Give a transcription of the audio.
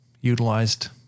utilized